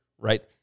right